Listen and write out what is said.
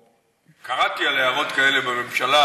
אבל אני שואל: קראתי על הערות כאלה בממשלה,